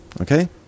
Okay